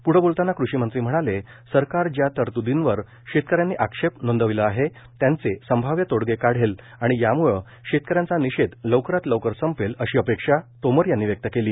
प्ढं बोलतांना कृषिमंत्री म्हणाले सरकार ज्या तरतूदींवर शेतकऱ्यांनी आक्षेप नोंदविला आहे त्यांचे संभाव्य तोडगे काढले आणि याम्रळं शेतकऱ्यांचा निषेध लवकरात लवकर संपेल अशी अपेक्षा तोमर यांनी व्यक्त केली